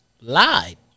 lied